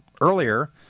earlier